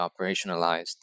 operationalized